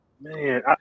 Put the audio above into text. Man